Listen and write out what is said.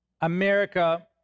america